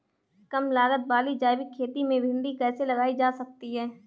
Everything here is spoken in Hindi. कम लागत वाली जैविक खेती में भिंडी कैसे लगाई जा सकती है?